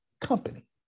company